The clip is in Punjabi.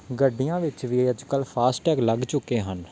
ਗੱਡੀਆਂ ਵਿੱਚ ਵੀ ਅੱਜ ਕੱਲ੍ਹ ਫਾਸਟ ਟੈਗ ਲੱਗ ਚੁੱਕੇ ਹਨ